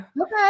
Okay